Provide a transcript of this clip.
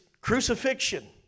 crucifixion